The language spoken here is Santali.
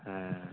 ᱦᱮᱸ